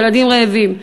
ילדים רעבים.